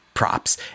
props